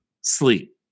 sleep